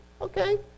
okay